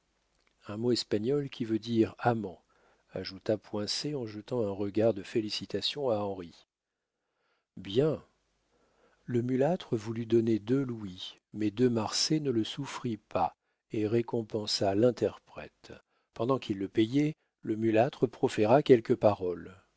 un mot espagnol qui veut dire amant ajouta poincet en jetant un regard de félicitation à henri bien le mulâtre voulut donner deux louis mais de marsay ne le souffrit pas et récompensa l'interprète pendant qu'il le payait le mulâtre proféra quelques paroles